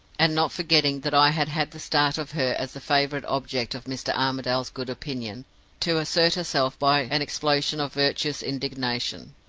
and not forgetting that i had had the start of her as the favored object of mr. armadale's good opinion to assert herself by an explosion of virtuous indignation.